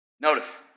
Notice